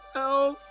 oh